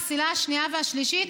הפסילה השנייה והשלישית,